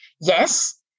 yes